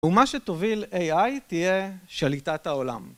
ומה שתוביל AI תהיה שליטת העולם.